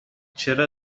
چرا